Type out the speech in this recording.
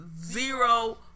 Zero